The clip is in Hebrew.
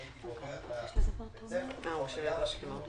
אני הייתי בורח מבית הספר לחוף הים.